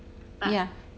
but